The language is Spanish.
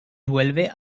vuelve